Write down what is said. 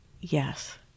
Yes